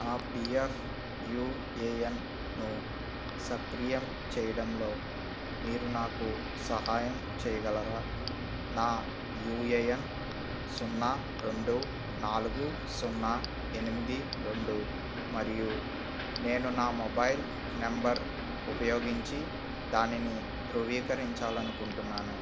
ఆ P F U A ఎన్ను సక్రియం చేయడంలో మీరు నాకు సహాయం చేయగలరా నా యూ ఏ ఎన్ సున్నా రెండు నాలుగు సున్నా ఎనిమిది రెండు మరియు నేను నా మొబైల్ నంబర్ ఉపయోగించి దానిని ధృవీకరించాలి అనుకుంటున్నాను